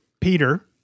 Peter